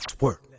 work